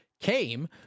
came